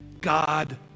God